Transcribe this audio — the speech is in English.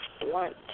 blunt